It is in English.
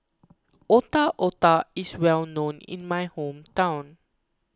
Otak Otak is well known in my hometown